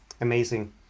Amazing